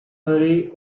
hurry